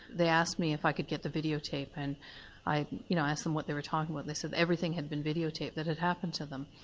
they asked me if i could get the videotape, and i you know asked them what they were talking about, they said everything had been videotaped that had happened to them.